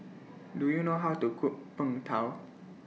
Do YOU know How to Cook Png Tao